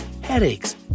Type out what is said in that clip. headaches